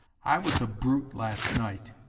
i was a brute last night.